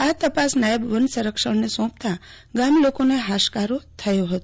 આ તપાસ નાયબ વન સંરક્ષકને સોંપતાં ગામ લોકોને હાશકારો થયો હતો